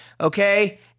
Okay